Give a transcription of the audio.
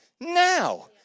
now